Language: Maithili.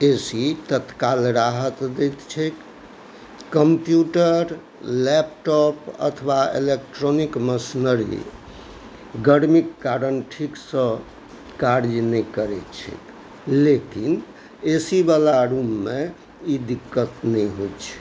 ए सी तत्काल राहत दैत छैक कम्प्यूटर लैपटॉप अथवा इलेक्ट्रॉनिक मशिनरी गरमीके कारण ठीकसँ कार्य नहि करै छै लेकिन ए सी बला रूममे ई दिक्कत नहि होइ छै